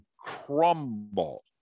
crumble